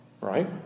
right